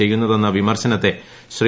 ചെയ്യുന്നതെന്ന വിമർശനത്തെ ശ്രീ